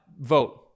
vote